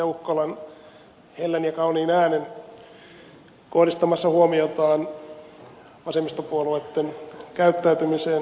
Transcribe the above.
ukkolan hellän ja kauniin äänen kohdistamassa huomiotaan vasemmistopuolueitten käyttäytymiseen